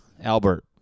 Albert